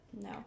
no